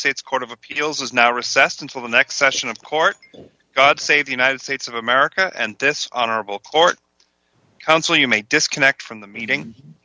states court of appeals has now recessed until the next session of court god save the united states of america and this honorable court counsel you may disconnect from the meeting